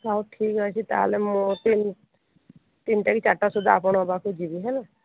ହଉ ଠିକ୍ ଅଛି ତାହେଲେ ମୁଁ ତିନ୍ ତିନିଟା କି ଚାରିଟା ସୁଦ୍ଧା ମୁଁ ଆପଣଙ୍କ ପାଖରେ ଯିବି ହେଲା